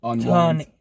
Turn